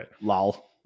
lol